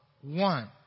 One